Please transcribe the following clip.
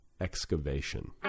Excavation